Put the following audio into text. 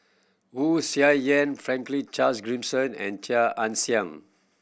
Wu Tsai Yen Franklin Charles Gimson and Chia Ann Siang